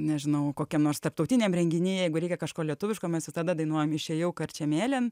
nežinau kokiam nors tarptautiniam renginy jeigu reikia kažko lietuviško mes visada dainuojam išėjau karčemėlėn